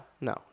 no